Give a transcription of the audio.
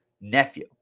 nephew